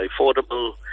affordable